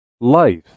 Life